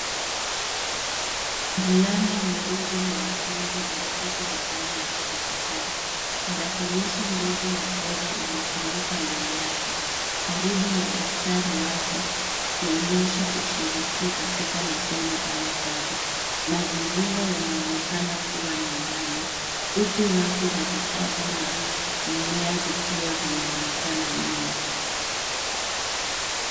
Mvulana mdogo mwanafunzi ameketi mezani akitafakari. Tarakilishi ndogo ya fedha imefunguka mbele yake karibu na daftari wazi ikionyesha ushiriki katika masomo au kazi. Mazingira yanaonekana kuwa nyumbani huku rafu za vitabu na mmea vikiwa vimeonekana nyuma.